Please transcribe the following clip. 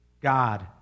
God